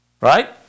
right